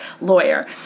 lawyer